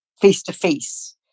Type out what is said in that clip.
face-to-face